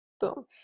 Boom